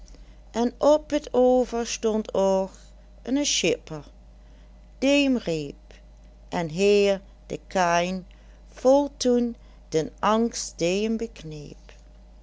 en oppet over stond ouch ne schipper dee em reep en heer de kaïn voolt toen den angst